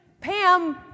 Pam